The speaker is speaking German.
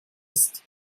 ist